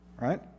right